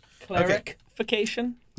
Clarification